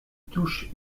touche